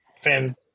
fan